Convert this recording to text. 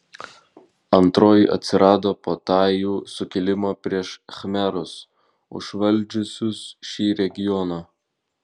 antroji atsirado po tajų sukilimo prieš khmerus užvaldžiusius šį regioną